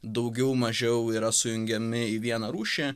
daugiau mažiau yra sujungiami į vienarūšį